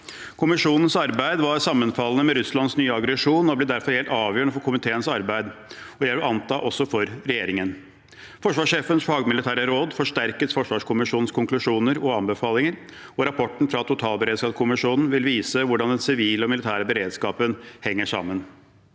i Forsvaret og andre saker Russlands nye aggresjon og blir derfor helt avgjørende for komiteens arbeid og – vil jeg anta – for regjeringen. Forsvarssjefens fagmilitære råd forsterket forsvarskommisjonens konklusjoner og anbefalinger, og rapporten fra totalberedskapskommisjonen vil vise hvordan den sivile og militære beredskapen henger sammen.